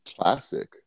classic